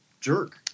jerk